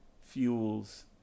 fuels